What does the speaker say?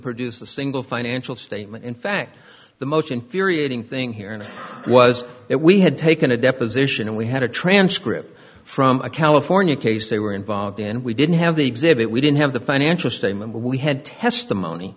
produce a single financial statement in fact the most infuriating thing here and it was that we had taken a deposition and we had a transcript from a california case they were involved in we didn't have the exhibit we didn't have the financial statement but we had testimony